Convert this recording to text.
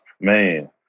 Man